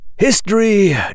History